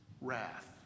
wrath